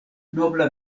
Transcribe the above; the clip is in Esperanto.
nobla